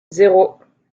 zéro